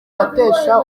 atesha